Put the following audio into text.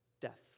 death